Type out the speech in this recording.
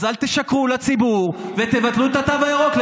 אז אל תשקרו לציבור ותבטלו את התו הירוק.